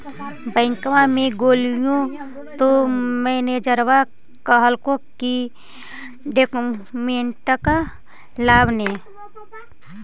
बैंकवा मे गेलिओ तौ मैनेजरवा कहलको कि डोकमेनटवा लाव ने?